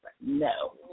No